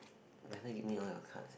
you better give me all your cards eh